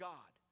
God